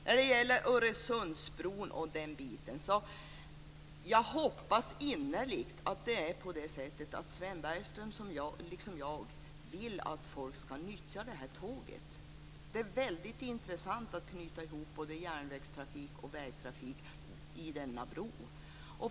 När det gäller Örseundsbron hoppas jag innerligt att Sven Bergström liksom jag vill att folk ska nyttja tåget. Det är väldigt intressant att knyta ihop både biltrafik och järnvägstrafik över denna bro.